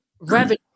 revenue